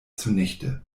zunichte